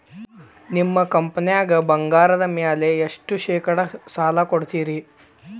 ನಿಮ್ಮ ಕಂಪನ್ಯಾಗ ಬಂಗಾರದ ಮ್ಯಾಲೆ ಎಷ್ಟ ಶೇಕಡಾ ಸಾಲ ಕೊಡ್ತಿರಿ?